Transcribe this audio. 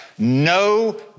no